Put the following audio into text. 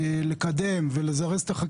לקדם ולזרז נעשה.